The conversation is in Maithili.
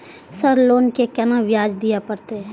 सर लोन के केना ब्याज दीये परतें?